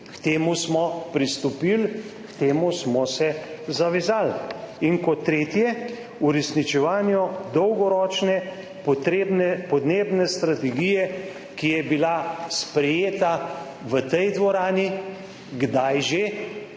K temu smo pristopili, k temu smo se zavezali. In kot tretje: uresničevanje dolgoročne potrebne podnebne strategije, ki je bila sprejeta v tej dvorani – kdaj že?